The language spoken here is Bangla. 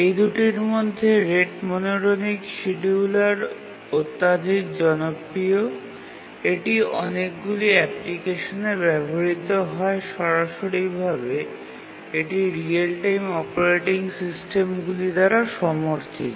এই দুটির মধ্যে রেট মনোটোনিক শিডিয়ুলার অত্যধিক জনপ্রিয় এটি অনেকগুলি অ্যাপ্লিকেশনে ব্যবহৃত হয় সরাসতিভাবে এটি রিয়েল টাইম অপারেটিং সিস্টেমগুলি দ্বারা সমর্থিত